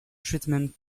treatment